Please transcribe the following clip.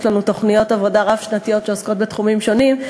יש לנו תוכניות עבודה רב-שנתיות שעוסקות בתחומים שונים.